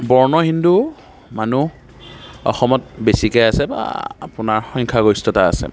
বৰ্ণ হিন্দু মানুহ অসমত বেছিকৈ আছে বা আপোনাৰ সংখ্যাগৰিষ্ঠতা আছে